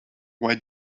why